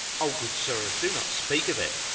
oh, good sir, do not speak of it!